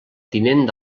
tinent